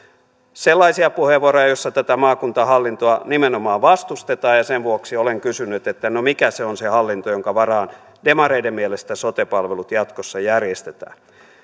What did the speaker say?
sellaisia puheenvuoroja joissa tätä maakuntahallintoa nimenomaan vastustetaan ja sen vuoksi olen kysynyt että no mikä se on se hallinto jonka varaan demareiden mielestä sote palvelut jatkossa järjestetään